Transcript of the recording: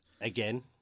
Again